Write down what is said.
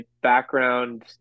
background